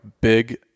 big